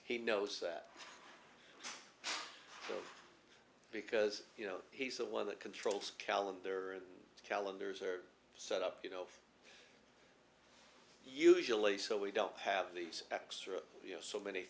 he knows that because you know he's the one that controls calendar and calendars are set up you know usually so we don't have these extra you know so many